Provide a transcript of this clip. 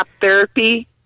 therapy